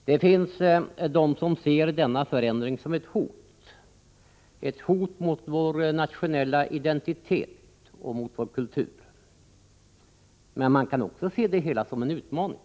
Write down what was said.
Det finns de som ser denna förändring som ett hot, ett hot mot vår nationella identitet och mot vår kultur. Men man kan också se det hela som en utmaning.